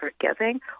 forgiving